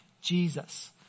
Jesus